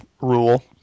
rule